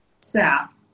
staff